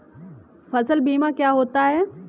फसल बीमा क्या होता है?